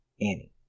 Annie